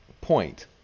Point